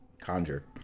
conjure